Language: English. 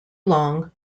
long